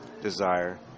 desire